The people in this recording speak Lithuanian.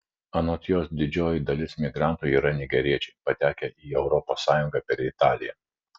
anot jos didžioji dalis migrantų yra nigeriečiai patekę į europos sąjungą per italiją